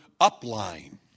upline